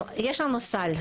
יש לנו סל.